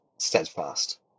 steadfast